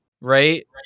right